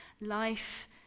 Life